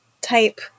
type